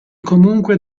comunque